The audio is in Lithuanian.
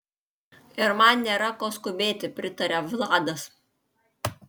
ir man nėra ko skubėti pritaria vladas